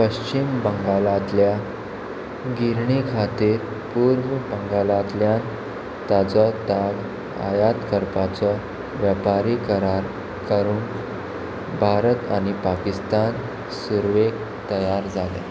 पश्चिम बंगालांतल्या गिरणी खातीर पूर्व बंगालांतल्यान ताजो ताग आयद करपाचो वेपारी करार करूंक भारत आनी पाकिस्तान सुरवेक तयार जाले